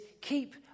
keep